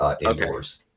indoors